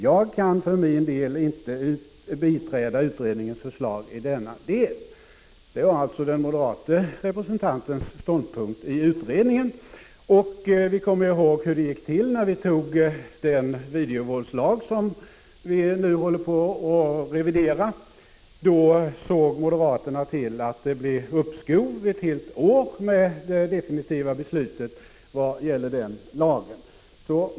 Jag kan för min del inte biträda utredningens förslag i denna del.” Det var alltså den moderate representantens ståndpunkt i utredningen. Vi kommer också ihåg hur det gick till när vi antog den videovåldslag som nu håller på att revideras. Då såg moderaterna till att det blev uppskov ett helt år med det definitiva beslutet beträffande den lagen.